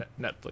Netflix